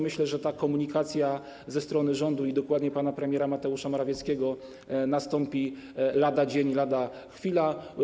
Myślę, że te komunikaty ze strony rządu i dokładnie pana premiera Mateusza Morawieckiego będą lada dzień, lada chwila.